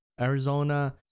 Arizona